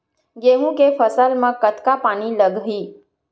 गेहूं के फसल म कतका पानी लगही?